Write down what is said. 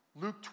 Luke